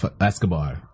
Escobar